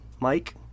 Mike